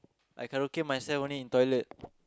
I karaoke myself only in toilet